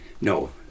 No